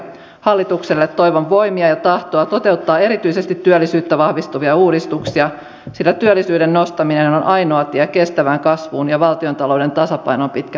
hallitukselle toivon voimia ja tahtoa toteuttaa erityisesti työllisyyttä vahvistavia uudistuksia sillä työllisyyden nostaminen on ainoa tie kestävään kasvuun ja valtiontalouden tasapainoon pitkällä tähtäimellä